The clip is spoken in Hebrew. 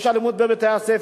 יש אלימות בבתי-הספר,